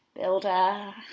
Builder